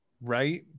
right